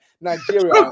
Nigeria